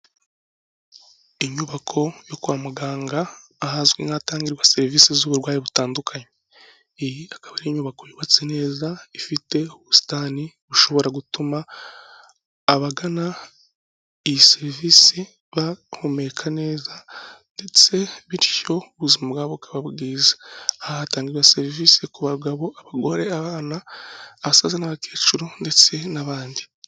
Inyubako yo kwa muganga, ahazwi nk'ahatangirwa serivisi z'uburwayi butandukanye, iyi ikaba ari inyubako yubatse neza, ifite ubusitani bushobora gutuma abagana iyi serivisi bahumeka neza, ndetse bityo ubuzima bwabo bukaba bwiza, aha hatangirwa serivisi ku bagabo, abagore, abana, abasaza n'abakecuru, ndetse n'abandi.